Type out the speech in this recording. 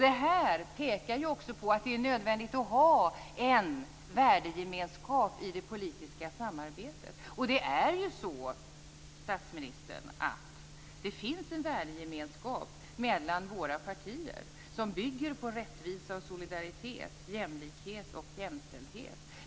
Det här pekar också på att det är nödvändigt att ha en värdegemenskap i det politiska samarbetet. Det är ju så, statsministern, att det finns en värdegemenskap mellan våra partier som bygger på rättvisa och solidaritet, jämlikhet och jämställdhet.